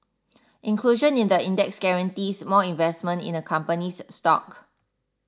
inclusion in the index guarantees more investment in a company's stock